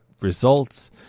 results